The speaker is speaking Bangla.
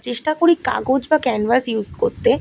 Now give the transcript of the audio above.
চেষ্টা করি কাগজ বা ক্যানভাস ইউজ করতে